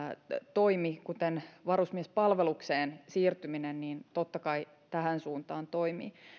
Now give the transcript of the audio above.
toimi kuten varusmiespalvelukseen siirtyminen totta kai tähän suuntaan toimii